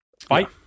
fight